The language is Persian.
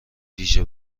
ویژه